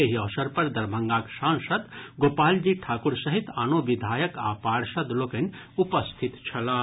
एहि अवसर पर दरभंगाक सांसद गोपालजी ठाकुर सहित आनो विधायक आ पार्षद लोकनि उपस्थित छलाह